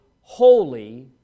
holy